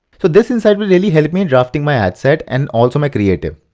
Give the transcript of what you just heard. so this insight will really help me in drafting my ad set and also my creator.